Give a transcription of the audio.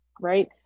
right